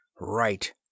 Right